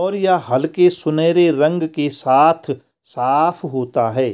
और यह हल्के सुनहरे रंग के साथ साफ होता है